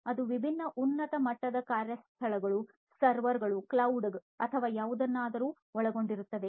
ಅದು ವಿಭಿನ್ನ ಉನ್ನತ ಮಟ್ಟದ ಕಾರ್ಯಸ್ಥಳಗಳು ಸರ್ವರ್ ಗಳು ಕ್ಲೌಡ್ ಅಥವಾ ಯಾವುದನ್ನಾದರೂ ಒಳಗೊಂಡಿರುತ್ತದೆ